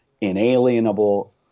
inalienable